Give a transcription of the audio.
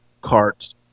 carts